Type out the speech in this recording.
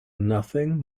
nothing